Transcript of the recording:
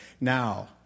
Now